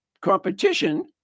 competition